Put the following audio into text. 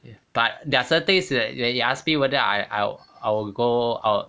but there are certain things that you you asked me whether I I I will I will go